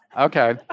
Okay